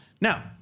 Now